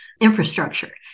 infrastructure